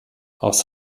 aus